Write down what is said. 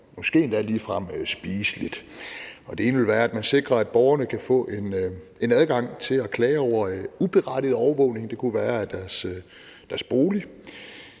endda ligefrem spiseligt. Det første ville være, at man sikrer, at borgerne kan få adgang til at klage over uberettiget overvågning – det kunne